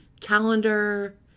calendar